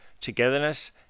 togetherness